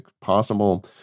possible